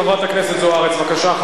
חברת הכנסת זוארץ, בבקשה.